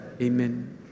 Amen